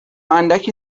اندکی